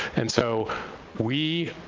and so we